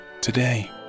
today